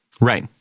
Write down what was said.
Right